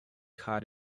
had